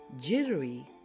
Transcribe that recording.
jittery